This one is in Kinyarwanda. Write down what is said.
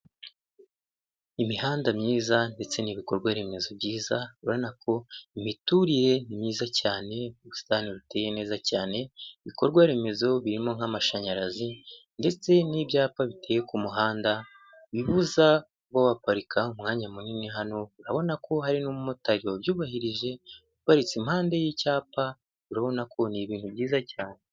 Imihanda myiza ndetse n'ibikorwa remezo byiza, urabonako imiturire ni myiza cyane ,ubusitani buteye neza cyane, ibikorwa remezo birimo nk'amashanyarazi ndetse n'ibyapa biteye kumuhanda bibuza kuba waparika umwanya munini hano ,urabona ko hari n'umumotari wa byubahirije uparitse impande y'icyapa ,urabona ko ni ibintu byiza cyane.